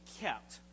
kept